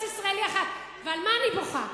על מה אני בוכה?